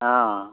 हाँ